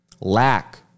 lack